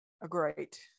Great